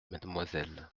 mademoiselle